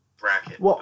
bracket